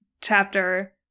chapter